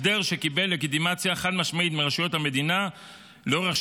הסדר זה קיבל לגיטימציה חד-משמעית מרשויות המדינה לאורך